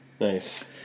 Nice